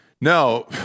no